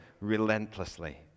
relentlessly